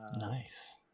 Nice